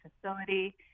facility